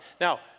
Now